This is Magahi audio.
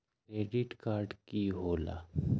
क्रेडिट कार्ड की होला?